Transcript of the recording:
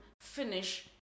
finish